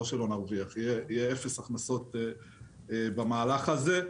יהיו אפס הכנסות במהלך הזה.